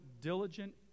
diligent